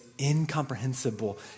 incomprehensible